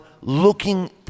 looking